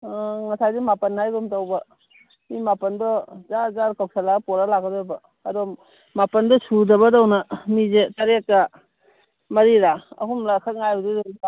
ꯑꯥ ꯉꯁꯥꯏꯗꯤ ꯃꯥꯄꯜ ꯍꯥꯏꯒꯨꯝ ꯇꯧꯕ ꯃꯤ ꯄꯥꯄꯜꯗꯣ ꯖꯔ ꯖꯔ ꯀꯧꯁꯤꯜꯂ ꯄꯨꯔꯛꯂꯒ ꯂꯥꯛꯀꯗꯣꯏꯕ ꯑꯗꯣ ꯃꯥꯄꯜꯗꯣ ꯁꯨꯗꯕꯗꯧꯅ ꯃꯤꯁꯦ ꯇꯔꯦꯠꯀ ꯃꯔꯤꯔꯥ ꯑꯍꯨꯝꯂ ꯈꯛ ꯉꯥꯏꯕꯗꯨꯗ